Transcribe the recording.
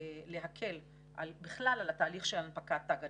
להקל בכלל על התהליך של הנפקת תג הנכה,